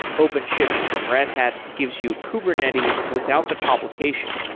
openshift from red hat gives you kubernetes without the complication.